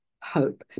hope